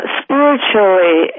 spiritually